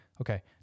Okay